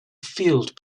field